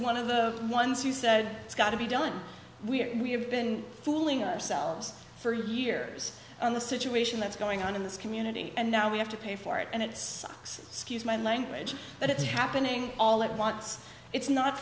one of the ones who said it's got to be done we have been fooling ourselves for years on the situation that's going on in this community and now we have to pay for it and it sucks skews my language but it's happening all at once it's not